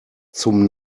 zum